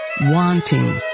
wanting